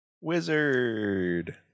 wizard